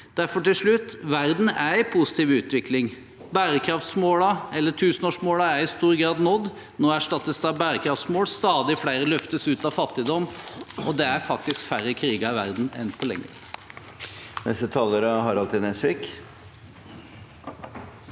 Derfor – til slutt: Verden er i positiv utvikling. Tusenårsmålene er i stor grad nådd, og nå erstattes de av bærekraftsmål, stadig flere løftes ut av fattigdom, og det er faktisk færre kriger i verden enn på lenge.